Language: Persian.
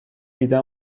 ایده